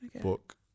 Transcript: book